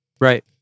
Right